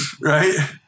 right